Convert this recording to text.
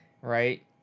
right